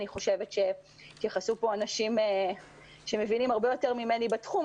אני חושבת שהתייחסו פה אנשים שמבינים הרבה יותר ממני בתחום,